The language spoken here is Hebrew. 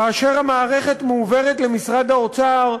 כאשר המערכת מועברת למשרד האוצר,